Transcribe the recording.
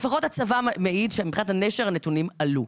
לפחות הצבא מעיד שמבחינת הנשר הנתונים עלו.